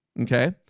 Okay